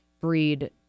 breed